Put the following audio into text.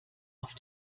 auf